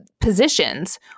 positions